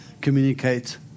communicate